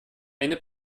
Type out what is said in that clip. eine